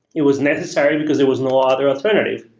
it was necessary, because there was no other alternative.